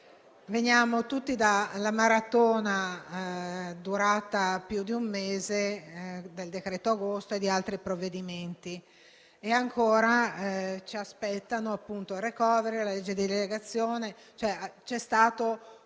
Veniamo tutti dalla maratona durata più di un mese per il decreto agosto e gli altri provvedimenti e ancora ci aspettano il *recovery*, la legge di delegazione. C'è stato un avanzare